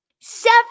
seven